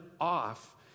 off